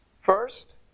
First